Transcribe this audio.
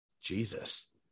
Jesus